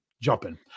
Jumping